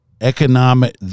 economic